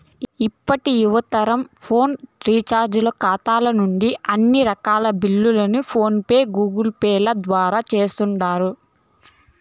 ఇప్పటి యువతరమంతా ఫోను రీచార్జీల కాతా నుంచి అన్ని రకాల బిల్లుల్ని ఫోన్ పే, గూగుల్పేల ద్వారా సేస్తుండారు